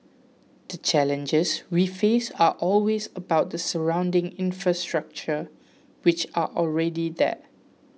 the challenges we face are always about the surrounding infrastructure which are already there